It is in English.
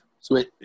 Sweet